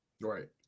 right